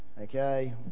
okay